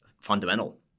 fundamental